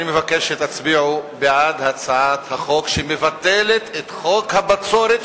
אני מבקש שתצביעו בעד הצעת החוק שמבטלת את חוק הבצורת,